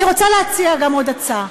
אני רוצה להציע עוד הצעה: